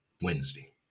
Wednesday